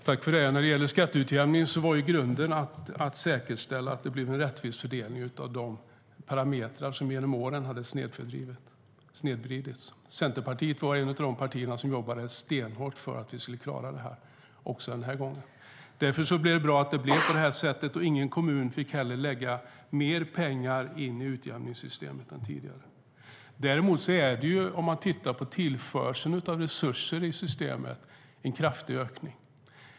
Herr talman! När det gäller skatteutjämningen var grunden att säkerställa att det blev en rättvis fördelning av de parametrar som genom åren hade snedvridits. Centerpartiet var ett av de partier som jobbade stenhårt för att vi skulle klara det också den här gången. Därför är det bra att det blev på det sättet. Ingen kommun behövde heller lägga in mer pengar i utjämningssystemet än tidigare. Däremot har det, om vi tittar på tillförseln av resurser i systemet, blivit en kraftig ökning.